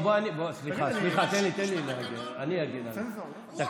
תגיד לי, תן לי, תן לי, אני אגן עליך.